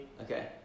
Okay